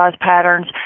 patterns